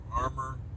armor